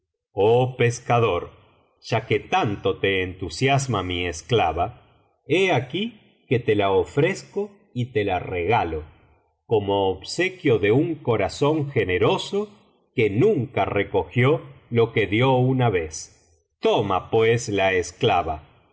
oh pescador ya que tanto te entusiasma mi esclava he aquí que te la ofrezco y te la regalo como obsequio de un corazón generoso biblioteca valenciana generalitat valenciana las mil noches y una noche que nunca recogió lo que dio una vez toma pues la esclava